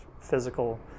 physical